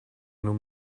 nur